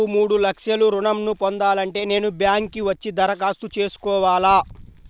నాకు మూడు లక్షలు ఋణం ను పొందాలంటే నేను బ్యాంక్కి వచ్చి దరఖాస్తు చేసుకోవాలా?